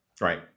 Right